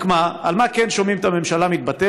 רק מה, על מה כן שומעים את הממשלה מתבטאת?